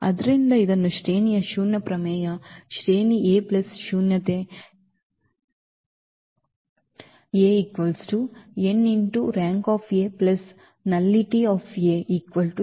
ಆದ್ದರಿಂದ ಇದನ್ನು ಶ್ರೇಣಿಯ ಶೂನ್ಯ ಪ್ರಮೇಯ ಶ್ರೇಣಿ ಶೂನ್ಯತೆ n Rank Nullity